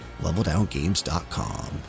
leveldowngames.com